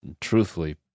truthfully